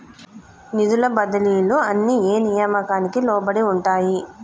నిధుల బదిలీలు అన్ని ఏ నియామకానికి లోబడి ఉంటాయి?